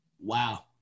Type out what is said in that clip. wow